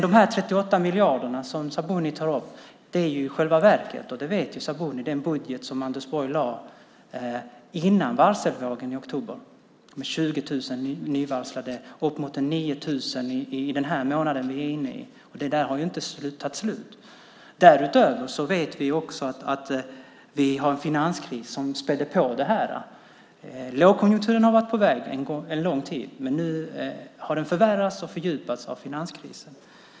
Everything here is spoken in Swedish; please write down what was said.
De 38 miljarder som Sabuni tar upp finns i själva verket, och det vet hon, i den budget som Anders Borg lade fram innan varselvågen i oktober med 20 000 nyvarslade då och upp emot 9 000 den månad vi är inne i nu. Det är inte slut ännu. Därutöver vet vi också att vi har en finanskris som späder på detta. Lågkonjunkturen har varit på väg en lång tid, men nu har den förvärrats och fördjupats av finanskrisen.